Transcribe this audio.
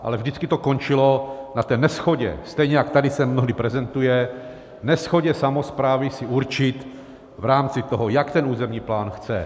Ale vždycky to končilo na té neshodě, stejně jako tady se mnohdy prezentuje, neshodě samosprávy si určit v rámci toho, jak ten územní plán chce.